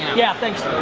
yeah, thanks.